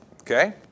Okay